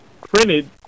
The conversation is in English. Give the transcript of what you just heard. printed